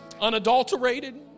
unadulterated